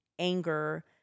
anger